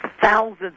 thousands